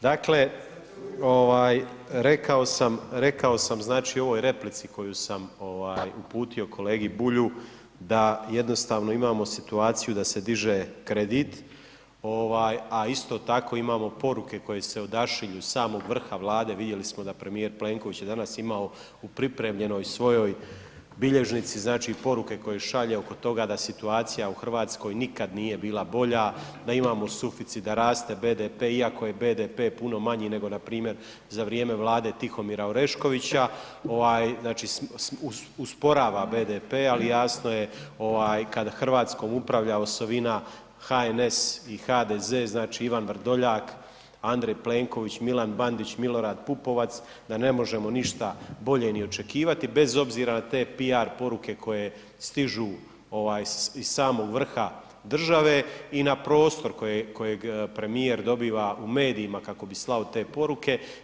Dakle rekao sam znači u ovoj replici koju sam uputio kolegi Bulju da jednostavno imamo situaciju da se diže kredit a isto tako imamo poruke koje se odašilju iz samog vrha Vlade, vidjeli smo da premijer Plenković je danas imao u pripremljenoj svojoj bilježnici znači poruke koje šalje oko toga da situacija u Hrvatskoj nikad nije bila bolja, da imamo suficit, da raste BDP iako je BDP puno manji nego npr. za vrijeme Vlade Tihomira Oreškovića, znači usporava BDP ali jasno je kad Hrvatskom upravlja osovina HNS i HDZ, znači Ivan Vrdoljak, Andrej Plenković, Milan Bandić, Milorad Pupovac da ne možemo ništa bolje ni očekivati bez obzira na te PR poruke koje stižu iz samog vrha države i na prostor kojeg premijer dobiva u medijima kako bi slao te poruke.